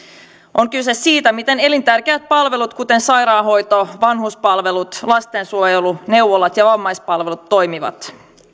on kyse siitä miten elintärkeät palvelut kuten sairaanhoito vanhuspalvelut lastensuojelu neuvolat ja vammaispalvelut toimivat